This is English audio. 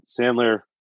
Sandler